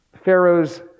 Pharaoh's